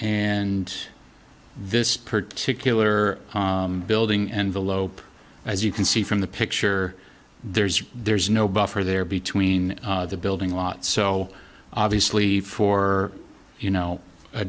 and this particular building envelope as you can see from the picture there's there's no buffer there between the building a lot so obviously for you know